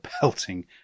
pelting